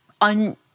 on